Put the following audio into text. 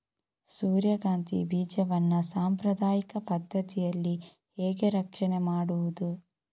ಸೂರ್ಯಕಾಂತಿ ಬೀಜವನ್ನ ಸಾಂಪ್ರದಾಯಿಕ ಪದ್ಧತಿಯಲ್ಲಿ ಹೇಗೆ ರಕ್ಷಣೆ ಮಾಡುವುದು